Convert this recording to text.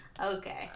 Okay